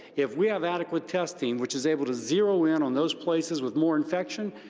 if we have adequate testing which is able to zero in on those places with more infection,